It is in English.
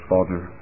Father